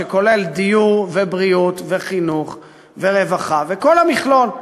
שכולל דיור ובריאות וחינוך ורווחה וכל המכלול,